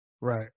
right